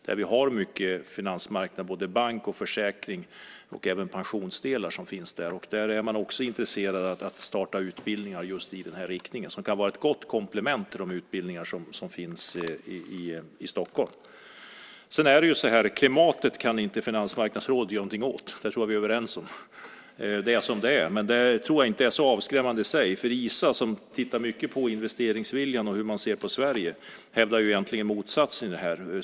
Där har vi mycket av finansmarknad på bank-, försäkrings och pensionsområdena, och där är man också intresserad av att starta utbildningar i nämnd riktning - utbildningar som kan vara ett gott komplement till de utbildningar som finns i Stockholm. Klimatet kan inte Finansmarknadsrådet göra någonting åt - det tror jag att vi är överens om. Det är som det är. Men jag tror inte att det i sig är så avskräckande. Isa, som tittar mycket på investeringsviljan och på hur man ser på Sverige, hävdar egentligen motsatsen.